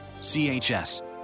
CHS